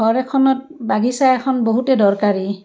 ঘৰ এখনত বাগিছা এখন বহুতে দৰকাৰী